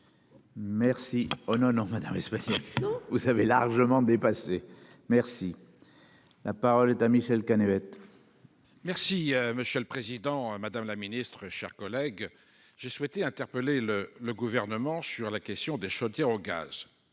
Merci. Oh non non madame. Vous savez largement dépassé, merci. La parole est à Michèle bête. Merci, monsieur le Président Madame la Ministre, chers collègues, j'ai souhaité interpeller le le gouvernement sur la question des chaudières au gaz.